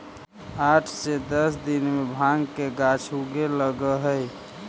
आठ से दस दिन में भाँग के गाछ उगे लगऽ हइ